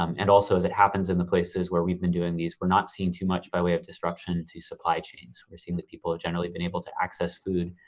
um and also as it happens in the places where we've been doing these, we're not seeing too much by way of disruption to supply chain, we're seeing that people have generally been able to access food.